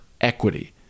equity